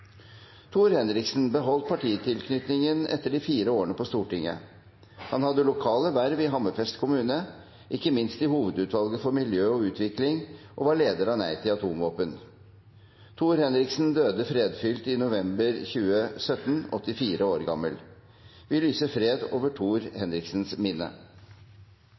Tor Henriksen beholdt partitilknytningen etter de fire årene på Stortinget. Han hadde lokale verv i Hammerfest kommune, ikke minst i Hovedutvalget for miljø og utvikling, og han var leder av Nei til atomvåpen. Tor Henriksen døde fredfylt i november 2017, 84 år gammel. Vi lyser fred over Tor Henriksens minne.